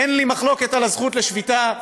אין לי מחלוקת על הזכות לשביתה,